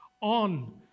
on